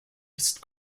ist